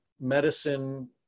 medicine